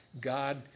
God